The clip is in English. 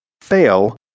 fail